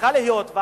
צריכה להיות,